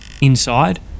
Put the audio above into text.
Inside